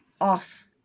off